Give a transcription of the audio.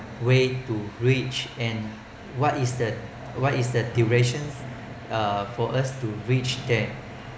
way too reach and what is the what is the duration uh for us to reach there